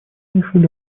решили